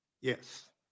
Yes